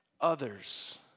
others